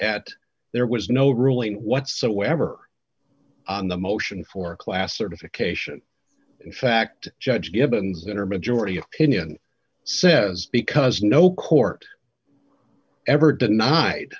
at there was no ruling whatsoever on the motion for class certification in fact judge givens that are majority opinion says because no court ever denied